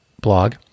blog